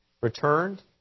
returned